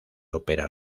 ópera